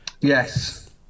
Yes